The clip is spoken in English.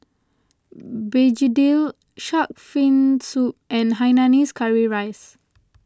Begedil Shark's Fin Soup and Hainanese Curry Rice